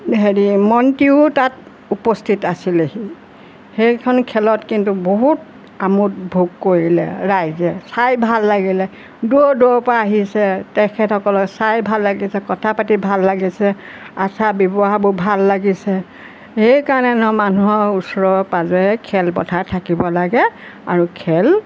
হেৰি মন্ত্ৰীও তাত উপস্থিত আছিলেহি সেইখন খেলত কিন্তু বহুত আমোদ ভোগ কৰিলে ৰাইজে চাই ভাল লাগিলে দূৰৰ দূৰৰ পৰা আহিছে তেখেতসকলে চাই ভাল লাগিছে কথা পাতি ভাল লাগিছে আচাৰ ব্যৱহাৰবোৰ ভাল লাগিছে সেইকাৰণে ন মানুহৰ ওচৰৰ পাজৰে খেলপথাৰ থাকিব লাগে আৰু খেল